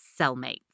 Cellmates